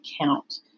count